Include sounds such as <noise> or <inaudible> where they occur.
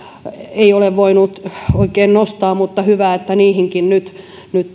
ei ole voinut oikein nostaa mutta hyvä että niihinkin nyt nyt <unintelligible>